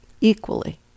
equally